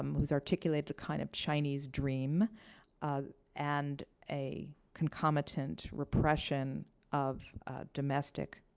um who's articulated a kind of chinese dream and a concomitant repression of domestic